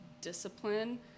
discipline